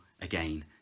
again